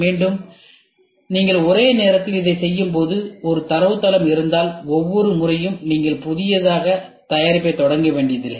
மேலும் நீங்கள் ஒரே நேரத்தில் இதைச் செய்யும்போது ஒரு தரவுத்தளம் இருந்தால் ஒவ்வொரு முறையும் நீங்கள் புதிதாக தயாரிப்பைத் தொடங்க வேண்டியதில்லை